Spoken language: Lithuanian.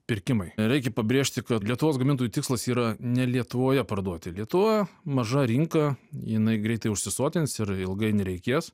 pirkimai reikia pabrėžti kad lietuvos gamintojų tikslas yra ne lietuvoje parduoti lietuva maža rinka jinai greitai užsisotins ir ilgai nereikės